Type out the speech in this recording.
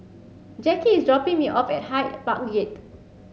Jacky is dropping me off at Hyde Park Gate